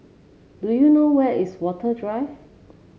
do you know where is Watten Drive